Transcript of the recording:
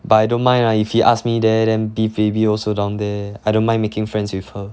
but I don't mind lah if he ask me there then bae phoebe also down there I don't mind making friends with her